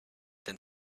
then